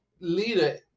leader